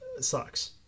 sucks